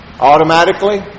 automatically